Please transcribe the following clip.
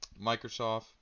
Microsoft